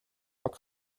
what